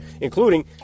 including